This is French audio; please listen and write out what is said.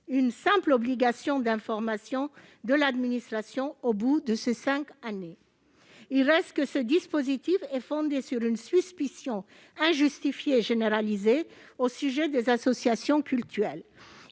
une simple obligation d'information de l'administration au bout de ces cinq années, il reste qu'une telle mesure se fonde sur une suspicion injustifiée et généralisée à l'égard des associations cultuelles.